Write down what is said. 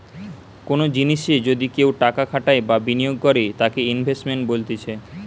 কোনো জিনিসে যদি কেও টাকা খাটাই বা বিনিয়োগ করে তাকে ইনভেস্টমেন্ট বলতিছে